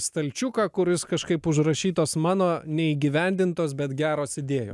stalčiuką kuris kažkaip užrašytos mano neįgyvendintos bet geros idėjos